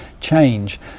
change